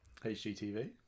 HGTV